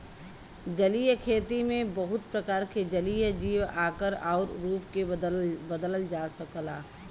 जलीय खेती में बहुत प्रकार के जलीय जीव क आकार आउर रूप के बदलल जा सकला